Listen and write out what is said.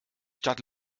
stadt